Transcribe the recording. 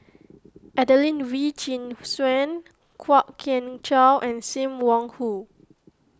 Adelene Wee Chin Suan Kwok Kian Chow and Sim Wong Hoo